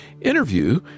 interview